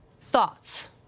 thoughts